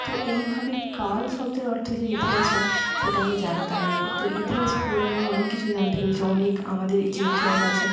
তো এইভাবে কাল শব্দের অর্থ যে ইতিহাস হয় সেটা আমি জানতামই না তো ইতিহাস পড়ে আমি অনেক কিছু জানতে পেরেছি অনেক আমাদের যে ইতিহাস আছে